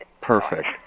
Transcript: perfect